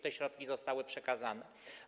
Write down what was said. Te środki zostały przekazane.